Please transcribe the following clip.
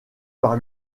par